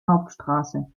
hauptstraße